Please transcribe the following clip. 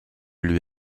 lui